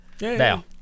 Now